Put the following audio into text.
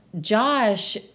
Josh